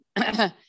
okay